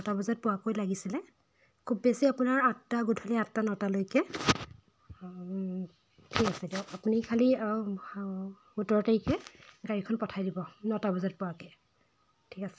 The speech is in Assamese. নটা বজাত পোৱাকৈ লাগিছিলে খুব বেছি আপোনাৰ আঠটা গধূলি আঠটা নটালৈকে ঠিক আছে দিয়ক আপুনি খালী সোতৰ তাৰিখে গাড়ীখন পঠাই দিব নটা বজাত পোৱাকৈ ঠিক আছে